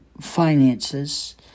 finances